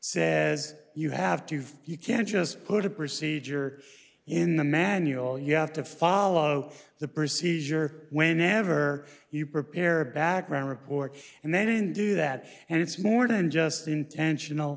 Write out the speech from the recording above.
says you have to you can't just put a procedure in the manual you have to follow the procedure whenever you prepare a background report and they didn't do that and it's more than just intentional